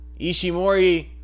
Ishimori